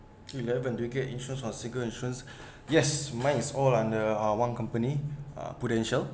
eleven do you get insurance on single insurance yes mine is all under uh one company uh Prudential